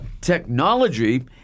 technology